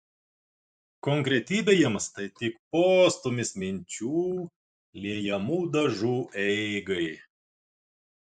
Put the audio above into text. konkretybė jiems tai tik postūmis minčių liejamų dažų eigai